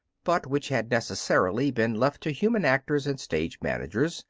but which had necessarily been left to human actors and stage-managers,